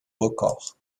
record